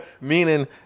Meaning